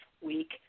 week